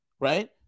right